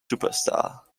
superstar